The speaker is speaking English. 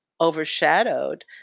overshadowed